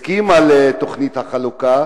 היא הסכימה לתוכנית החלוקה,